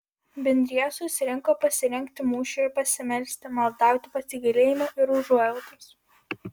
bendrija susirinko pasirengti mūšiui ir pasimelsti maldauti pasigailėjimo ir užuojautos